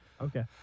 Okay